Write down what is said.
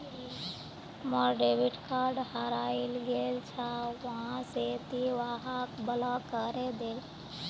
मोर debit card हरइ गेल छ वा से ति वहाक ब्लॉक करे दे